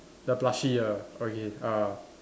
the plushie ah okay ah